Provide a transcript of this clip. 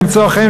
למצוא חן,